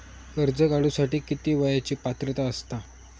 कर्ज काढूसाठी किती वयाची पात्रता असता?